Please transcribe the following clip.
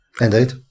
Indeed